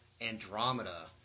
Andromeda